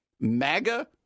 MAGA